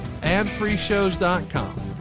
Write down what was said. AdFreeShows.com